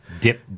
dip